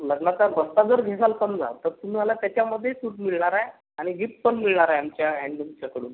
लग्नाचा बस्ता जर घेशाल समजा तर तुम्हाला त्याच्यामध्ये सूट मिळणार आहे आणि गिफ्ट पण मिळणार आहे आमच्या हँडलूमच्याकडून